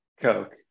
Coke